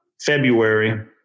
February